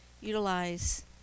utilize